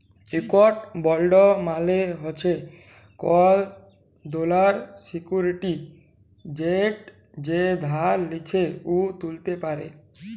ইকট বল্ড মালে হছে কল দেলার সিক্যুরিটি যেট যে ধার লিছে উ তুলতে পারে